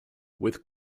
with